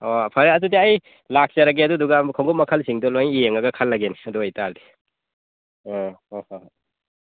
ꯑꯣ ꯐꯔꯦ ꯑꯗꯨꯗꯤ ꯑꯩ ꯂꯥꯛꯆꯔꯒꯦ ꯑꯗꯨꯗꯨꯒ ꯑꯃꯨꯛ ꯈꯣꯡꯎꯞ ꯃꯈꯜꯁꯤꯡꯗꯣ ꯂꯣꯏ ꯌꯦꯡꯉꯒ ꯈꯜꯂꯒꯦꯅꯦ ꯑꯗꯣꯏꯇꯥꯔꯗꯤ ꯎꯝ ꯍꯣꯏ ꯍꯣꯏ